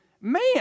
man